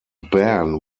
ban